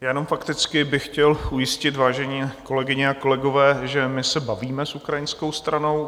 Jenom fakticky bych chtěl ujistit, vážené kolegyně a kolegové, že my se bavíme s ukrajinskou stranou.